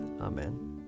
Amen